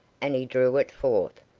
and he drew it forth,